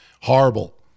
horrible